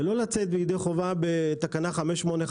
ולא לצאת ידי חובה בתקנה 585,